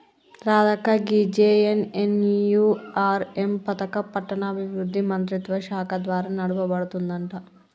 రాధక్క గీ జె.ఎన్.ఎన్.యు.ఆర్.ఎం పథకం పట్టణాభివృద్ధి మంత్రిత్వ శాఖ ద్వారా నడపబడుతుందంట